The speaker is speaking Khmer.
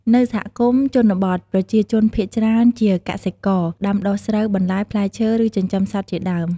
នៅសហគមន៍ជនបទប្រជាជនភាគច្រើនជាកសិករ ដាំដុះស្រូវ បន្លែ ផ្លែឈើ ឬចិញ្ចឹមសត្វជាដើម។